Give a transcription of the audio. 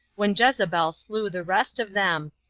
when jezebel slew the rest of them,